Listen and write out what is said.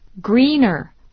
greener